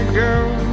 girl